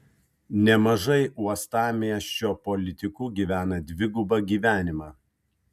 nemažai uostamiesčio politikų gyvena dvigubą gyvenimą